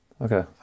Okay